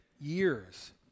years